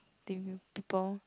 people